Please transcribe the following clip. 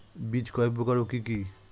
বীজ কয় প্রকার ও কি কি?